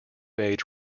age